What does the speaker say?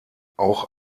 auch